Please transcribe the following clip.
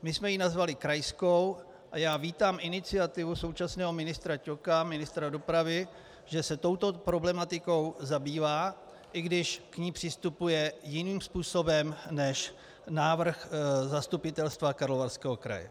My jsme ji nazvali krajskou, a já vítám iniciativu současného ministra dopravy Ťoka, že se touto problematikou zabývá, i když k ní přistupuje jiným způsobem než návrh Zastupitelstva Karlovarského kraje.